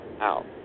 out